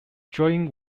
during